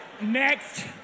Next